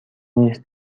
نیست